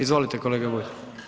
Izvolite kolega Bulj.